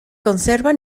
conserva